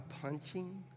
punching